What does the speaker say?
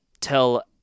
tell